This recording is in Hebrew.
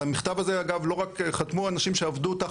על המכתב הזה אגב לא רק חתמו אנשים שעבדו תחת